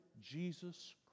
Jesus